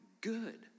good